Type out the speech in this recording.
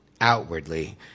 outwardly